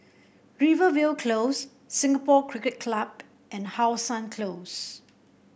Rivervale Close Singapore Cricket Club and How Sun Close